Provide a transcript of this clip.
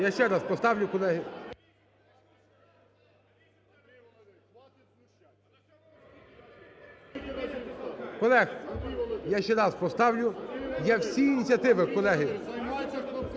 Я ще раз поставлю, колеги. Колеги, я ще раз поставлю. Я всі ініціативи, колеги…